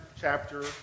chapter